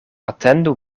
atendu